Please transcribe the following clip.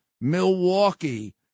milwaukee